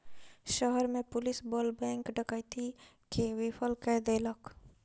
शहर में पुलिस बल बैंक डकैती के विफल कय देलक